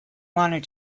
wanted